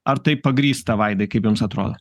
ar tai pagrįsta vaida kaip jums atrodo